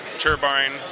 turbine